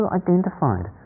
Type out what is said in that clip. identified